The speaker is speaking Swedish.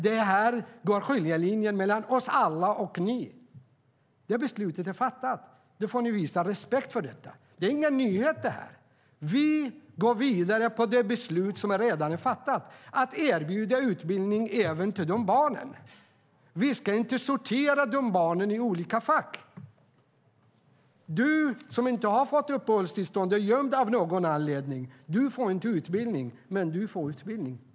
Det är här skiljelinjen går mellan alla oss andra och er, Stefan Jakobsson.Beslutet är fattat, och nu får ni visa respekt för det. Det här är ingen nyhet. Vi går vidare med det beslut som redan är fattat om att erbjuda utbildning även till de barnen. Vi ska inte sortera barnen i olika fack. "Du som inte har fått uppehållstillstånd och är gömd av någon anledning får inte utbildning, men du som står bredvid får utbildning.